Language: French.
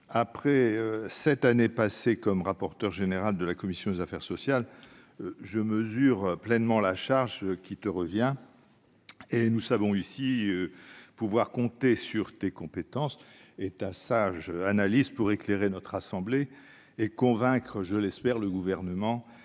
après sept années passées comme rapporteur général de la commission des affaires sociales, je mesure pleinement la charge qui vous revient. Nous savons tous ici pouvoir compter sur vos compétences et sur la sagesse de vos analyses pour éclairer notre assemblée et convaincre, je l'espère, le Gouvernement